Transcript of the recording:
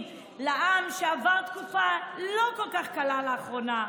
לעם שעבר תקופה לא כל כך קלה לאחרונה.